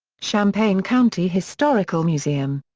champaign county historical museum.